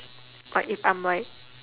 like if I'm like